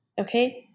Okay